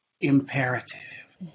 imperative